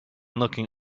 looking